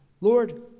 Lord